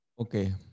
Okay